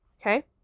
Okay